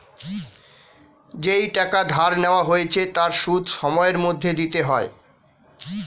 যেই টাকা ধার নেওয়া হয়েছে তার সুদ সময়ের মধ্যে দিতে হয়